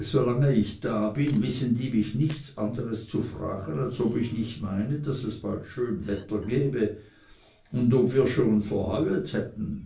solange ich da bin wissen die mich nichts anderes zu fragen als ob ich nicht meine daß es bald schön wetter gebe und ob wir schon verheuet hätten